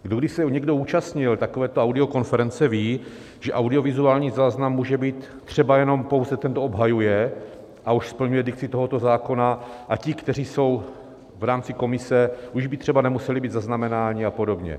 Kdo se kdy účastnil takovéto audiokonference, ví, že audiovizuální záznam může být třeba jenom pouze ten, kdo obhajuje, a už splňuje dikci tohoto zákona, a ti, kteří jsou v rámci komise, už by třeba nemuseli být zaznamenáni apod.